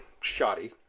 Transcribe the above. shoddy